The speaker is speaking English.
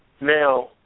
now